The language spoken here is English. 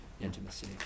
intimacy